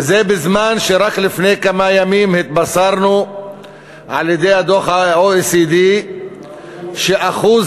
וזה כשרק לפני כמה ימים התבשרנו בדוח ה-OECD שאחוז